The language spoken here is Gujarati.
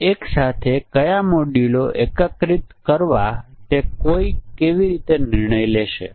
તેથી આ એક સિંગલ મોડ બગ છે કારણ કે તે એક જ પરિમાણને સેટ